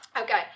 Okay